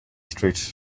street